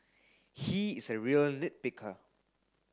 he is a real nit picker